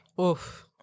Oof